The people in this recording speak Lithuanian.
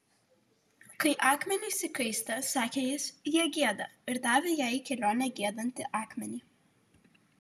kai akmenys įkaista sakė jis jie gieda ir davė jai į kelionę giedantį akmenį